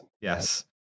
Yes